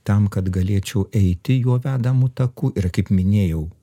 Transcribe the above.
tam kad galėčiau eiti juo vedamu taku ir kaip minėjau